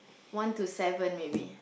one to seven maybe